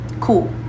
cool